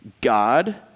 God